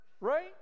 Right